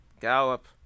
Gallop